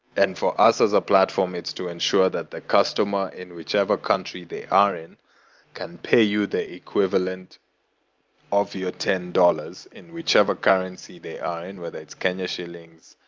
and for us as a platform, it's to ensure that the customer in whichever country they are in can pay you the equivalent of your ten dollars in whichever currency they are in, whether it's kenya shillings,